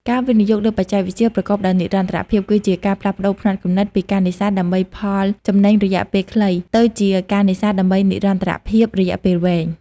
ការវិនិយោគលើបច្ចេកវិទ្យាប្រកបដោយនិរន្តរភាព គឺជាការផ្លាស់ប្តូរផ្នត់គំនិតពីការនេសាទដើម្បីផលចំណេញរយៈពេលខ្លី ទៅជាការនេសាទដើម្បីនិរន្តរភាពរយៈពេលវែង។